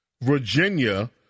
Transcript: Virginia